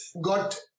got